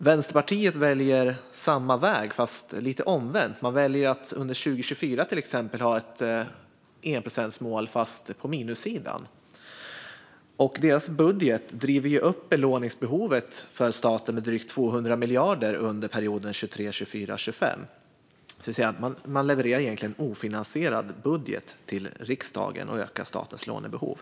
Vänsterpartiet väljer samma väg fast omvänt: Under 2024 väljer man till exempel att ha ett enprocentsmål fast på minussidan. Partiets budget driver upp belåningsbehovet för staten med drygt 200 miljarder under perioden 2023-2025. Man levererar alltså egentligen en ofinansierad budget till riksdagen och ökar statens lånebehov.